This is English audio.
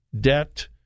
debt